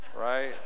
right